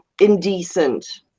indecent